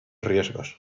riesgos